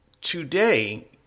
Today